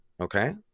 okay